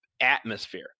atmosphere